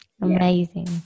Amazing